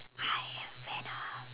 I am Venom